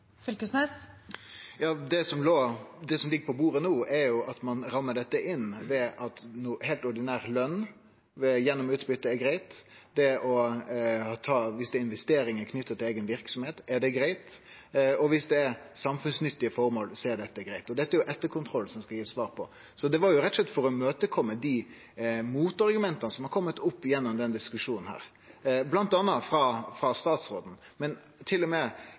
egen lønn. Det som ligg på bordet nå, er at ein rammer dette inn ved at heilt ordinær løn gjennom utbyte er greitt, at investeringar knytte til eigen verksemd er greitt, og at samfunnsnyttige føremål er greitt. Og dette er det etterkontrollen som skal gi oss svar på. Det var rett og slett for å kome i møte dei motargumenta som har kome gjennom denne diskusjonen, bl.a. frå statsråden, men